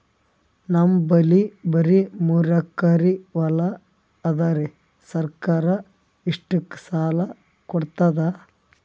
ನಮ್ ಬಲ್ಲಿ ಬರಿ ಮೂರೆಕರಿ ಹೊಲಾ ಅದರಿ, ಸರ್ಕಾರ ಇಷ್ಟಕ್ಕ ಸಾಲಾ ಕೊಡತದಾ?